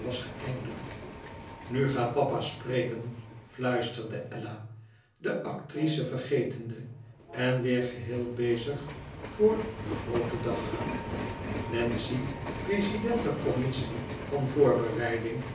was geëindigd nu gaat papa spreken fluisterde ella de actrice vergetende en weêr geheel bezield voor den grooten dag wlenzci prezident der commissie van voorbereiding